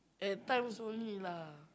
at times only lah